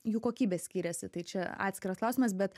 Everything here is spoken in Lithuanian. jų kokybė skyrėsi tai čia atskiras klausimas bet